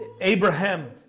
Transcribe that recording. Abraham